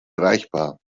erreichbar